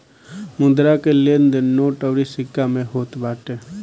मुद्रा के लेन देन नोट अउरी सिक्का में होत बाटे